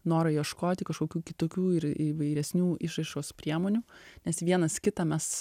norą ieškoti kažkokių kitokių ir įvairesnių išraiškos priemonių nes vienas kitą mes